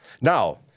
Now